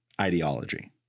ideology